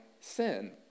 sin